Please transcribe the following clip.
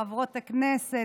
חברות הכנסת,